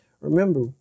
Remember